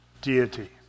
deity